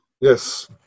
Yes